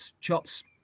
chops